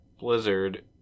Blizzard